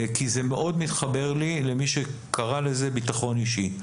כי זה מאוד מתחבר לי למי שקרא לזה ביטחון אישי.